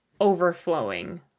overflowing